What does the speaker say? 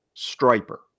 striper